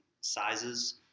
sizes